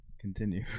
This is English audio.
Continue